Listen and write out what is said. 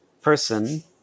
person